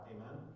Amen